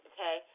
Okay